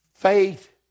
Faith